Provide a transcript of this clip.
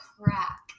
crack